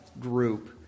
group